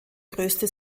größte